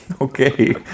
okay